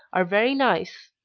are very nice.